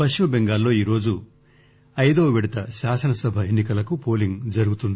పశ్చిమ బెంగాల్ లో ఈరోజు ఐదవ విడత శాసనసభ ఎన్ని కలకు పోలింగ్ జరుగుతుంది